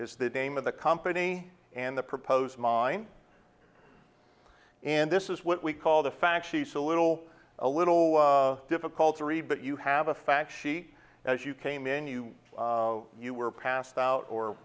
is the name of the company and the proposed mine and this is what we call the fact she's a little a little difficult to read but you have a fact sheet as you came in you know you were passed out or